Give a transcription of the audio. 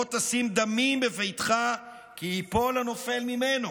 תשים דמים בביתך כי יִפֹּל הַנֹּפֵל ממנו"